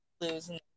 losing